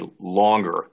longer